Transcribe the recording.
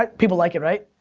like people like it, right?